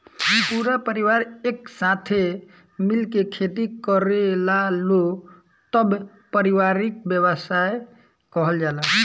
पूरा परिवार एक साथे मिल के खेती करेलालो तब पारिवारिक व्यवसाय कहल जाला